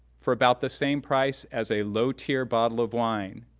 for about the same price as a low tier bottle of wine,